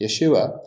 Yeshua